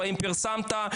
האם פרסמת,